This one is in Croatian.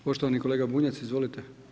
Poštovani kolega Bunjac, izvolite.